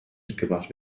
mitgebracht